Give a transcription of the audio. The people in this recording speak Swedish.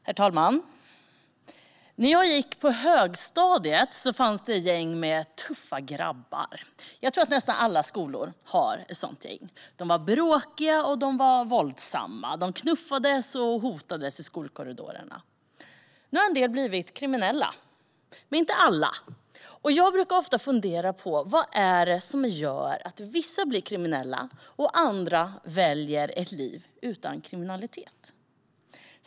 Herr talman! När jag gick på högstadiet fanns det gäng med tuffa grabbar. Jag tror att nästan alla skolor har ett sådant gäng. De var bråkiga och de var våldsamma. De knuffades och hotade folk i skolkorridorerna. Nu har en del blivit kriminella, men inte alla, och jag brukar ofta fundera på vad det är som gör att vissa blir kriminella och andra väljer ett liv utan kriminalitet.